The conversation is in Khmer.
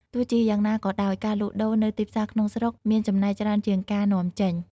ទោះជាយ៉ាងណាក៏ដោយ ការលក់ដូរនៅទីផ្សារក្នុងស្រុកមានចំណែកច្រើនជាងការនាំចេញ។